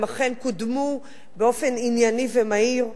והם אכן קודמו באופן ענייני ומהיר,